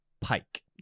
Pike